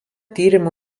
tyrimų